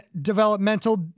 developmental